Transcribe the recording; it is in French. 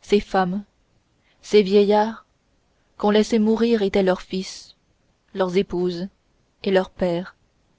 ces femmes ces vieillards qu'on laissait mourir étaient leurs fils leurs épouses et leurs pères